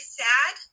sad